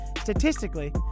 Statistically